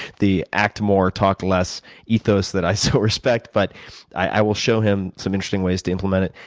the act more, talk less ethos that i so respect. but i will show him some interesting ways to implement it.